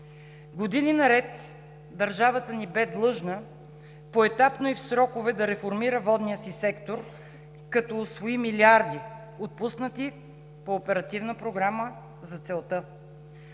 Години наред държавата ни бе длъжна поетапно и в срокове да реформира водния си сектор, като усвои милиарди, отпуснати по оперативна програма за целта.